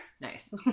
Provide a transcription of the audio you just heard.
Nice